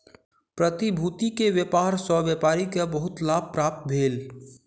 प्रतिभूति के व्यापार सॅ व्यापारी के बहुत लाभ प्राप्त भेल